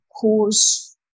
cause